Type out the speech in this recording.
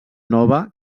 nova